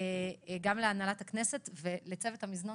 תודה גם להנהלת הכנסת ולצוות המזנון